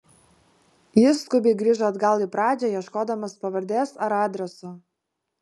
jis skubiai grįžo atgal į pradžią ieškodamas pavardės ar adreso